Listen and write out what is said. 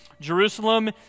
Jerusalem